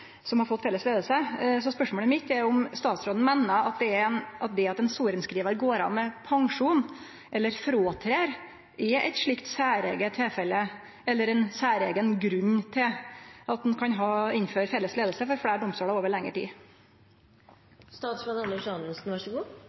som har fått felles leiing. Så spørsmålet mitt er om statsråden meiner at det at ein sorenskrivar går av med pensjon eller fråtrer, er eit slikt særeige tilfelle eller ein særeigen grunn til at ein kan innføre felles leiing for fleire domstolar over